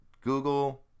Google